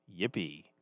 Yippee